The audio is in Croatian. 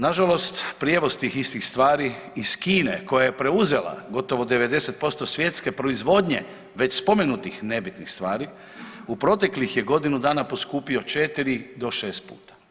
Nažalost, prijevoz tih istih stvari iz Kine koja je preuzela gotovo 90% svjetske proizvodnje već spomenutih nebitnih stvari u proteklih je godinu dana poskupio 4 do 6 puta.